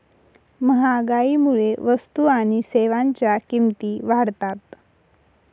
महागाईमुळे वस्तू आणि सेवांच्या किमती वाढतात